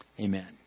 Amen